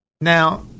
Now